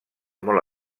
molt